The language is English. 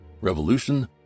revolution